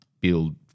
build